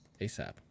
ASAP